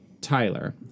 Tyler